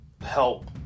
help